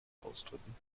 ausdrücken